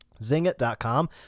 Zingit.com